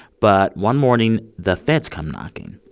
but one morning, the feds come knocking.